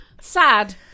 sad